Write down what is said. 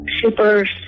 Super